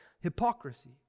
hypocrisy